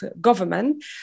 government